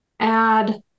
Add